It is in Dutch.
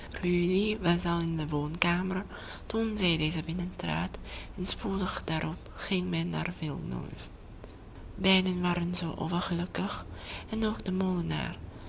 al in de woonkamer toen zij deze binnentrad en spoedig daarop ging men naar villeneuve beiden waren zoo overgelukkig en ook de molenaar